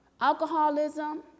alcoholism